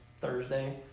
Thursday